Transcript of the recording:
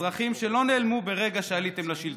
אזרחים שלא נעלמו ברגע שעליתם לשלטון,